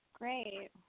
Great